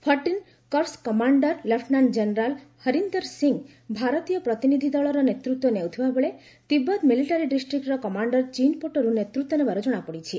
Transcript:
fourteen corps commander lieutenant general Harinder Singh ଭାରତୀୟ ପ୍ରତିନିଧି ଦଳର ନେତୃତ୍ୱ ନେଉଥିବା ବେଳେ ତିବ୍ଦତ ମିଲିଟାରୀ ଡିଷ୍ଟ୍ରିକ୍ର କମାଣ୍ଡର ଚୀନ୍ ପଟରୁ ନେତୃତ୍ୱ ନେବାର ଜଣାପଡ଼ିଛି